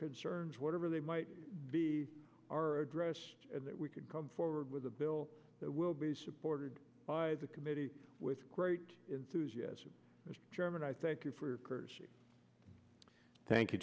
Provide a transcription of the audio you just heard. concerns whatever they might be are addressed that we could come forward with a bill that will be supported by the committee with great enthusiasm and german i thank you for thank you